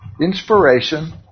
inspiration